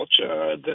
culture